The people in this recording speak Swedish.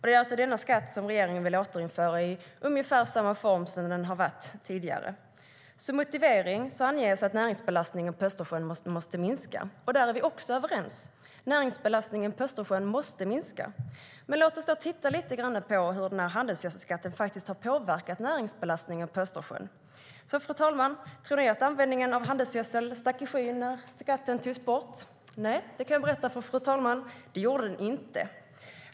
Det är alltså den skatten som regeringen vill återinföra i ungefär samma form som den var tidigare. Som motivering anges att näringsbelastningen på Östersjön måste minska. Också där är vi överens. Näringsbelastningen på Östersjön måste minska. Låt oss titta lite grann på hur handelsgödselskatten har påverkat näringsbelastningen på Östersjön. Var det så, fru talman, att användningen av handelsgödsel åkte i höjden när skatten togs bort? Nej, jag kan berätta för fru talmannen att det gjorde den inte.